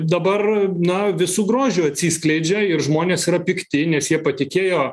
dabar na visu grožiu atsiskleidžia ir žmonės yra pikti nes jie patikėjo